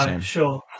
sure